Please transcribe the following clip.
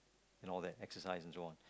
and all that exercise and so on